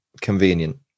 convenient